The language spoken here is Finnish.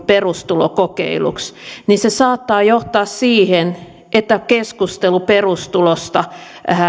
perustulokokeiluksi niin se saattaa johtaa siihen että keskustelu perustulosta